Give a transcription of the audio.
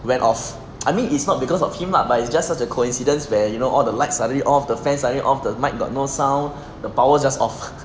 went off I mean it's not because of him lah but it's just such a coincidence where you know all the lights suddenly off the fan suddenly off the mic got no sound the power just off